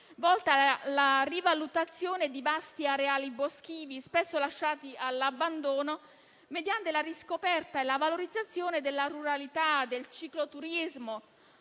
volta alla rivalutazione di vasti areali boschivi, spesso lasciati all'abbandono, mediante la riscoperta e la valorizzazione della ruralità, del cicloturismo,